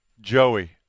Joey